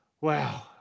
Wow